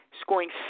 scoring